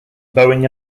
boeing